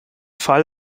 fall